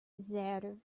zero